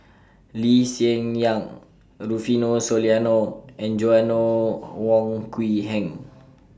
Lee Hsien Yang Rufino Soliano and Joanna Wong Quee Heng